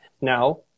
now